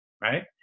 right